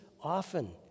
often